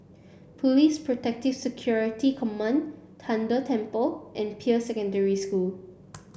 Police Protective Security Command Tian De Temple and Peirce Secondary School